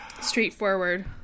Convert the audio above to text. straightforward